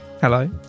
Hello